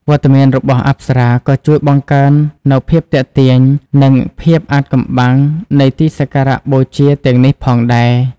វត្តមានរបស់អប្សរាក៏ជួយបង្កើននូវភាពទាក់ទាញ និងភាពអាថ៌កំបាំងនៃទីសក្ការបូជាទាំងនេះផងដែរ។